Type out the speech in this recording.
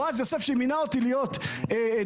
בועז יוסף שמינה אותי להיות דובר,